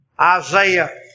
Isaiah